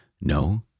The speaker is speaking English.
No